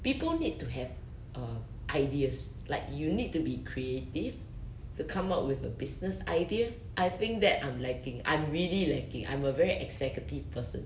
people need to have uh ideas like you need to be creative to come up with a business idea I think that I'm lacking I'm really lacking I'm a very executive person